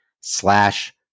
slash